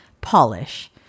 Polish